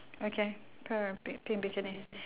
okay pink bikini